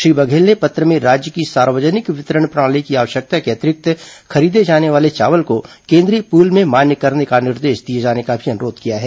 श्री बघेल ने पत्र में राज्य की सार्वजनिक वितरण प्रणाली की आवश्यकता के अतिरिक्त खरीदे जाने वाले चावल को केन्द्रीय पूल में मान्य करने का निर्देश भी दिए जाने का अनुरोध किया है